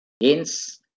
hence